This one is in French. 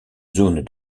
zone